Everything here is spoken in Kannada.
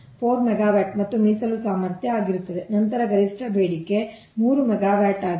ಆದ್ದರಿಂದ 4 ಮೆಗಾವ್ಯಾಟ್ ಮತ್ತು ಮೀಸಲು ಸಾಮರ್ಥ್ಯ ಆಗಿರುತ್ತದೆ ನಂತರ ಗರಿಷ್ಠ ಬೇಡಿಕೆ 3 ಮೆಗಾವ್ಯಾಟ್ ಆಗಿದೆ